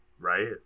Right